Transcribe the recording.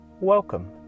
Welcome